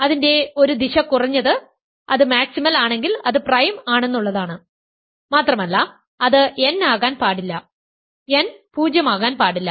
അതിന്റെ ഒരു ദിശ കുറഞ്ഞത് അത് മാക്സിമൽ ആണെങ്കിൽ അത് പ്രൈം ആണെന്നുള്ളതാണ് മാത്രമല്ല അത് n ആകാൻ പാടില്ല n 0 ആകാൻ പാടില്ല